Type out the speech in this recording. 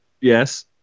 Yes